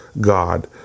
God